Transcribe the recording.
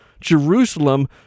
Jerusalem